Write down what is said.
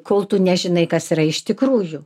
kol tu nežinai kas yra iš tikrųjų